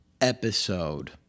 episode